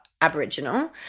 Aboriginal